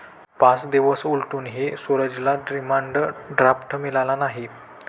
पाच दिवस उलटूनही सूरजला डिमांड ड्राफ्ट मिळाला नाही